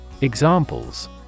Examples